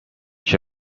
się